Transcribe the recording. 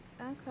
Okay